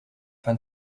fin